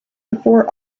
four